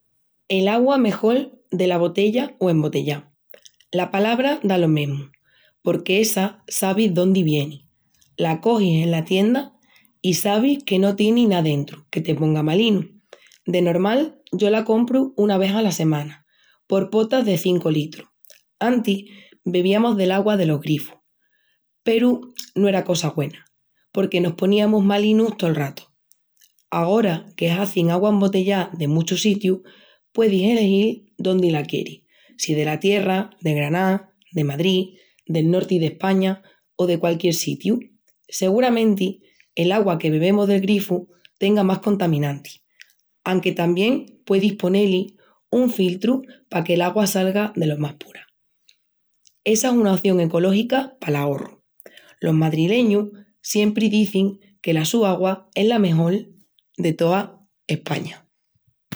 L´agua mejol dela botella o embotellá, la palabra da lo mesmu, porque essa sabis dondi vieni, la cogis ena tienda i sabis que no tieni na dentru que te ponga malinu. De normal yo la compru una ves ala semana, por potas de litrus. Antis bebíamus del'agua delos grifus, peru no era cosa güena, porque nos poníamus malinus tol ratu. Agora que hazin agua embotellá de muchus sitius, puedis elegil dondi la quieris, si dela tierra, de Graná, de Madrid, del norti d´España o de qualquiel sitiu. Seguramenti, l´agua que bebemus del grifu tenga más contaminantis, anque tamién puedis poné-li un filtru paque´l agua salga delo más pura. Essa es una oción ecológica pal ahorru. Los madrileñus siempri dizin que la su agua es la mejol de toa España.